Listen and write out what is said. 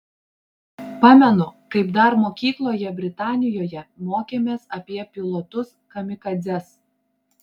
pamenu kaip dar mokykloje britanijoje mokėmės apie pilotus kamikadzes